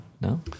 No